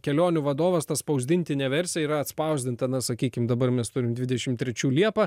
kelionių vadovas ta spausdintinė versija yra atspausdinta na sakykim dabar mes turim dvidešim trečių liepą